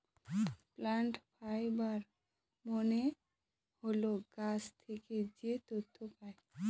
plant fiber মানে হল গাছ থেকে যে তন্তু পায়